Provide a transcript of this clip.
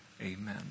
Amen